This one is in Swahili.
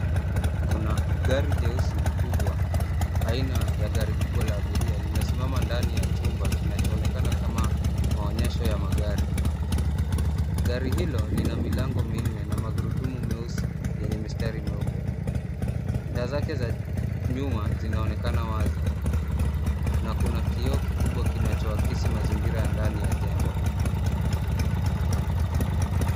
Kuna gari jeusi kubwa aina ya gari kubwa la abiria limesimama ndani ya chumba kinacho onekana kama maonyesho ya magari. Gari hilo lina milango minne na magurudume meusi yenye mistari meupe, taa zake za nyuma zinaonekana wazi, na kuna kioo kikubwa kinachowakisi mazingira ya ndani ya jengo.